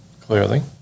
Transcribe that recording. clearly